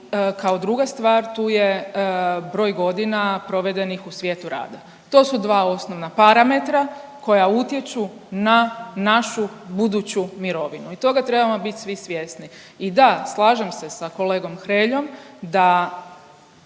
kao druga stvar tu je broj godina provedenih u svijetu rada. To su dva osnovna parametra koja utječu na našu buduću mirovinu. I toga trebamo bit svi svjesni. I da slažem se sa kolegom Hreljom da